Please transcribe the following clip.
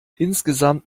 insgesamt